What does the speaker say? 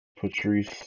Patrice